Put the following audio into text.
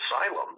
Asylum